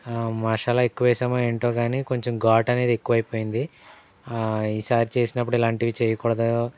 మసాలా ఎక్కువ వేసమో ఏంటోగాని కొంచెం ఘాటు అనేది ఎక్కువైపోయింది ఈసారి చేసినప్పుడు ఇలాంటివి చెయ్యకూడదు